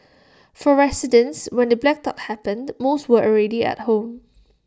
for residents when the blackout happened most were already at home